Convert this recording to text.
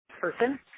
person